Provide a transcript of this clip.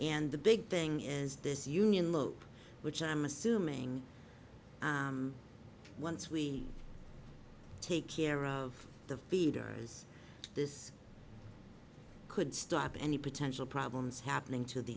and the big thing is this union lope which i'm assuming once we take care of the feeders this could stop any potential problems happening to